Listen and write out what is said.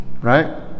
right